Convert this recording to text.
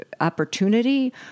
opportunity